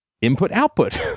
input-output